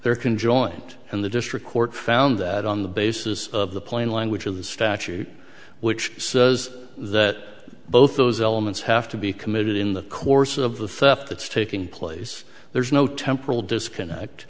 there can joint and the district court found that on the basis of the plain language of the statute which says that both those elements have to be committed in the course of the theft that's taking place there is no temporal disconnect